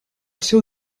seu